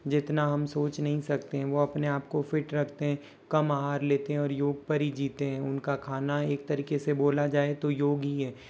जितना हम सोच नही सकते है वो अपने आप को फिट रखते है कम आहार लेते हैं और योग पर ही जीते है उनका खाना एक तरीके से बोला जाए तो योग ही है